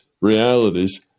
realities